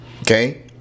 Okay